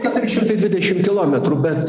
keturi šimtai dvidešim kilometrų bet